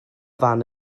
fan